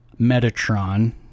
Metatron